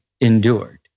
endured